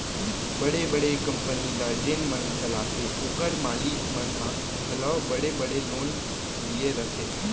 बड़े बड़े कंपनी ल जेन मन चलाथें ओकर मालिक मन ह घलौ बड़े बड़े लोन लिये रथें